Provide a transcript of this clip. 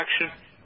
action